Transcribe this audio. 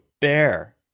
bear